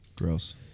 Gross